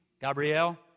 Gabrielle